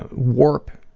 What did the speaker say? and warp,